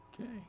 Okay